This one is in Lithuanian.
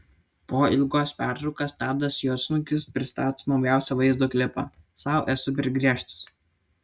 po ilgos pertraukos tadas juodsnukis pristato naujausią vaizdo klipą sau esu per griežtas